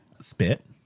Spit